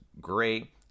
great